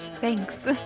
Thanks